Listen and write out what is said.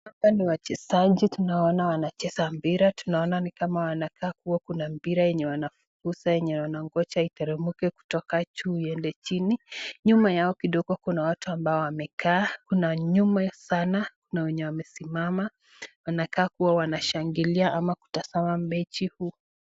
Hapa ni wachezaji, tunaona wanacheza mpira naona kama wanakaa kuwa kuna mpira yenye wanafukuza yenye wanangoja iteremke kutoka juu iende chini nyuma yao kidogo kuna watu ambao wamekaa, kuna nyuma sana kuna wenye wamesimama wanakaa kuwa wanashangilia ama kutazama mechi huu.